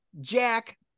Jack